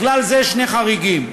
לכלל זה שני חריגים.